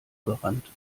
gerannt